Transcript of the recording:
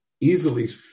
easily